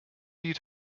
lied